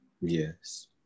Yes